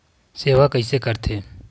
सेवा कइसे करथे?